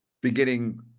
beginning